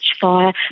fire